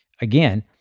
again